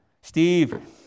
Steve